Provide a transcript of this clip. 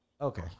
Okay